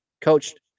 Coached